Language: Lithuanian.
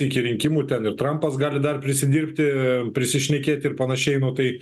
iki rinkimų ten ir trampas gali dar prisidirbti prisišnekėti ir panašiai nu tai